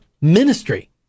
ministry